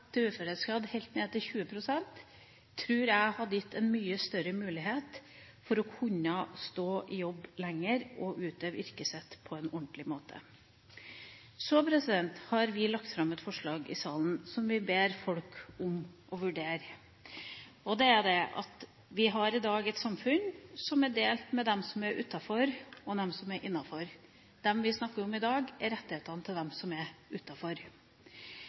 helt ned i 20 pst. tror jeg hadde gitt en mye større mulighet for å kunne stå i jobb lenger og utøve yrket sitt på en ordentlig måte. Vi har lagt fram et forslag i salen som vi ber folk vurdere. Vi har i dag et samfunn som er delt mellom dem som er utenfor, og dem som er innenfor. Det vi snakker om i dag, er rettighetene til dem som er